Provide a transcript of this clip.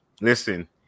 Listen